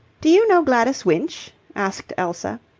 do you know gladys winch? asked elsa.